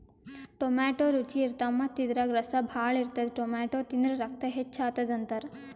tomato ರುಚಿ ಇರ್ತವ್ ಮತ್ತ್ ಇದ್ರಾಗ್ ರಸ ಭಾಳ್ ಇರ್ತದ್ ಟೊಮ್ಯಾಟೋ ತಿಂದ್ರ್ ರಕ್ತ ಹೆಚ್ಚ್ ಆತದ್ ಅಂತಾರ್